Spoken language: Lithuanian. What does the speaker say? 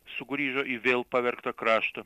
sugrįžo į vėl pavergtą kraštą